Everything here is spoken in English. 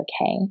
okay